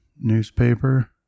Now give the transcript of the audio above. newspaper